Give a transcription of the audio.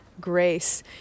grace